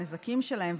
הנזקים שלהם,